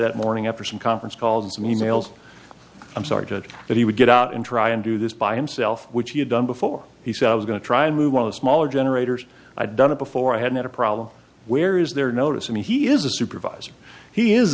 that morning after some conference calls and e mails i'm sorry that he would get out and try and do this by himself which he had done before he said i was going to try and move on a smaller generators i've done it before i had a problem where is there notice i mean he is a supervisor he is